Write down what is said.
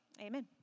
amen